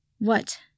What